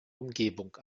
umgebung